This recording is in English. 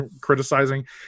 criticizing